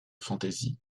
fantasy